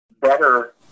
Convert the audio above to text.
better